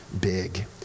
big